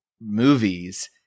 movies